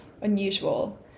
unusual